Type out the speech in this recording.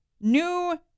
New